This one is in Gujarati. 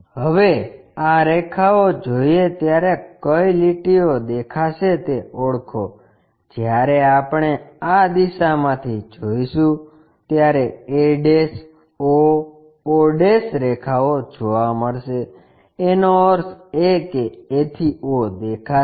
હવે આ રેખાઓ જોઈએ ત્યારે કઈ લીટીઓ દેખાશે તે ઓળખો જ્યારે આપણે આ દિશામાંથી જોઈશું ત્યારે a o o રેખાઓ જોવા મળશે એનો અર્થ એ કે a થી o દેખાશે